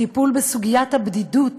טיפול בסוגיית הבדידות,